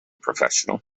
professional